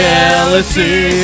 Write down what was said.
Jealousy